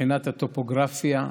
מבחינת הטופוגרפיה.